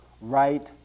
right